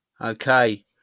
okay